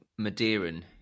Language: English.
Madeiran